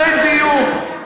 בדיוק.